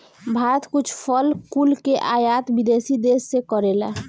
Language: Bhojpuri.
भारत कुछ फल कुल के आयत विदेशी देस से करेला